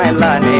and mon